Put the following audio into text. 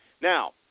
Now